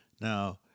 Now